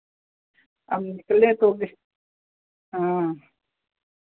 अब निकले तो गे हाँ